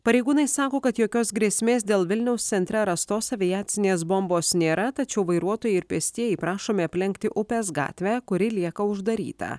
pareigūnai sako kad jokios grėsmės dėl vilniaus centre rastos aviacinės bombos nėra tačiau vairuotojai ir pėstieji prašomi aplenkti upės gatvę kuri lieka uždaryta